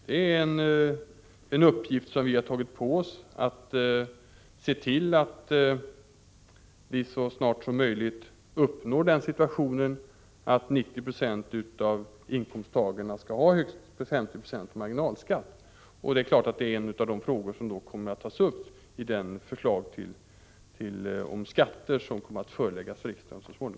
Vi har tagit på oss uppgiften att se till att vi så snart som möjligt uppnår målsättningen att 90 20 av inkomsttagarna skall ha högst 50 26 marginalskatt. Det är klart att det är en av de frågor som kommer att tas upp i det förslag om skatter som så småningom kommer att föreläggas riksdagen.